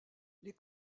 les